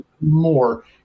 more